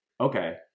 Okay